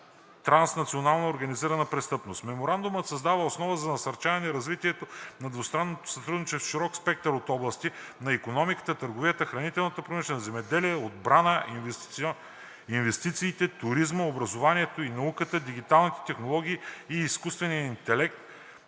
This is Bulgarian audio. транснационална организирана престъпност. Меморандумът създава основа за насърчаване развитието на двустранното сътрудничество в широк спектър от области – на икономиката, търговията, хранителната промишленост, земеделието, отбраната, инвестициите, туризма, образованието и науката, дигиталните технологии и изкуствения интелект,